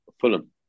Fulham